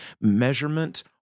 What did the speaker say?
measurement